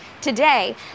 Today